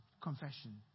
confession